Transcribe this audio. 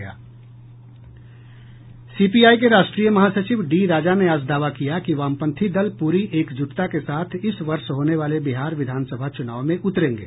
CPI के राष्ट्रीय महासचिव डी राजा ने आज दावा किया कि वामपंथी दल पूरी एकजुटता के साथ इस वर्ष होने वाले बिहार विधानसभा चुनाव में उतरेंगे